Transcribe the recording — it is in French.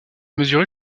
mesurer